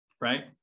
right